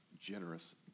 generous